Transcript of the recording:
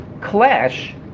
clash